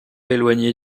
éloignés